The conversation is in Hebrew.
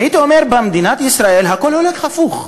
והייתי אומר, במדינת ישראל הכול הולך הפוך.